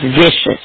vicious